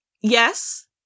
Yes